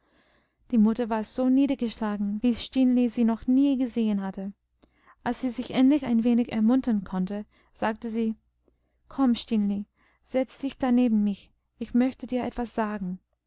die mutter war so niedergeschlagen wie stineli sie noch nie gesehen hatte als sie sich endlich ein wenig ermuntern konnte sagte sie komm stineli setz dich da neben mich ich möchte dir etwas sagen